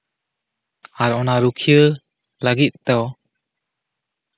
ᱟᱨ ᱚᱱᱟ ᱨᱩᱠᱷᱤᱭᱟᱹ ᱞᱟ ᱜᱤᱫ ᱫᱚ